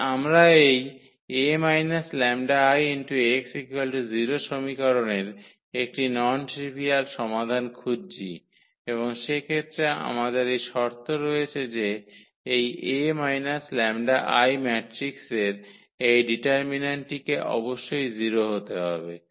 তবে আমরা এই 𝐴 − 𝜆𝐼𝑥 0 সমীকরণের একটি নন ট্রিভিয়াল সমাধান খুঁজছি এবং সেক্ষেত্রে আমাদের এই শর্ত রয়েছে যে এই 𝐴 − 𝜆𝐼 ম্যাট্রিক্সের এই ডিটারমিন্যান্টটিকে অবশ্যই 0 হতে হবে